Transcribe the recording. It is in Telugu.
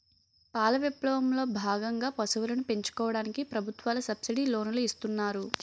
పాల విప్లవం లో భాగంగా పశువులను పెంచుకోవడానికి ప్రభుత్వాలు సబ్సిడీ లోనులు ఇస్తున్నారు